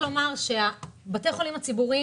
בתי החולים הציבוריים